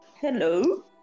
Hello